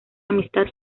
amistad